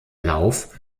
lauf